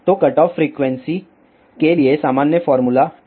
तो cutoff frequency के लिए सामान्य फॉर्मूला fcmc2a